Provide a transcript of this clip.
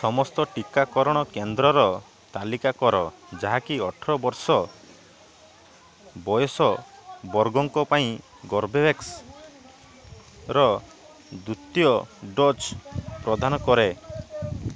ସମସ୍ତ ଟିକାକରଣ କେନ୍ଦ୍ରର ତାଲିକା କର ଯାହାକି ଅଠର ବର୍ଷ ବୟସ ବର୍ଗଙ୍କ ପାଇଁ କର୍ବେଭ୍ୟାକ୍ସର ଦ୍ୱିତୀୟ ଡୋଜ୍ ପ୍ରଦାନ କରେ